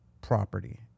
property